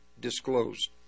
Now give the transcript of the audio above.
disclosed